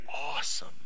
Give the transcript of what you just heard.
awesome